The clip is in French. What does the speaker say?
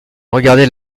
regardait